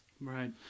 Right